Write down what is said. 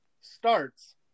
starts